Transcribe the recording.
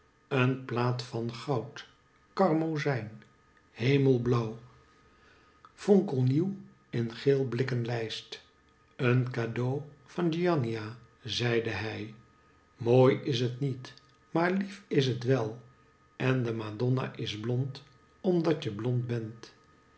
een plaat van goud karmozijn hemelblauw fonkelnieuw in geel blikken lijst een cadeau van giannina zeide hij mooi is het niet maar lief is het wel en de madonna is blond omdat je blond bent